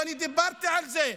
ואני דיברתי על זה,